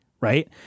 right